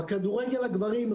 בכדורגל הגברים,